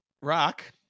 rock